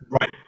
Right